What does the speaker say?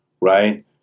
right